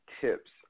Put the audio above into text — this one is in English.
tips